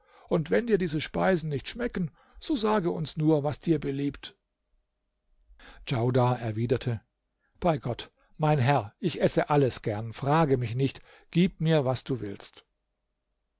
und wenn dir diese speisen nicht schmecken so sage uns nur was dir beliebt djaudar erwiderte bei gott mein herr ich esse alles gern frage mich nicht gib mir was du willst